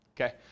Okay